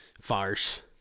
Farce